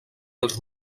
els